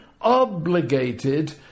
obligated